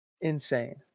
insane